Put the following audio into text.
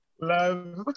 love